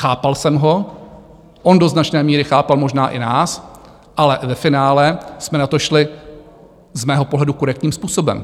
Chápal jsem ho, on do značné míry chápal možná i nás, ale ve finále jsme na to šli z mého pohledu korektním způsobem.